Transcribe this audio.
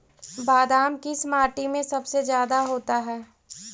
बादाम किस माटी में सबसे ज्यादा होता है?